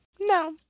No